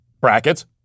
brackets